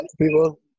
People